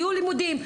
יהיו לימודים,